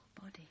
body